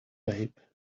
babe